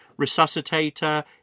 resuscitator